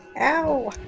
Ow